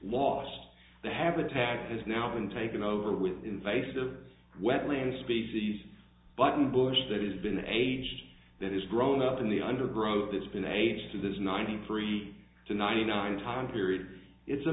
lost the habitat has now been taken over with invasive wetland species but an bush that has been aged that has grown up in the undergrowth it's been ages to this ninety three to ninety nine time period it's a